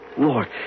Lord